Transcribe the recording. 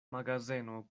magazeno